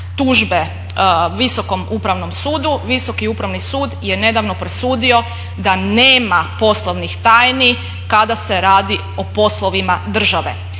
tužbe Visokom upravnom sudu. Visoki upravni sud je nedavno presudio da nema poslovnih tajni kada se radi o poslovima države.